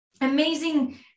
amazing